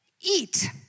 eat